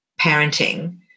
parenting